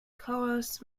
colours